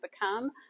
become